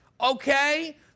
okay